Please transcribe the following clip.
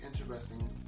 Interesting